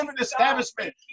establishment